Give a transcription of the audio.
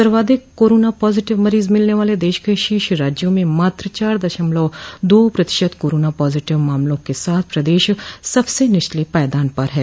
सर्वाधिक corona positive मरीज मिलने वाले देश के शीर्ष राज्यों में मात्र चार दशमलव दो प्रतिशत कोरोना पॉजटिव मामलों के साथ पदेश सबसे निचले पायदान पर है